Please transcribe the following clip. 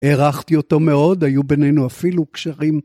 הערכתי אותו מאוד, היו בינינו אפילו קשרים.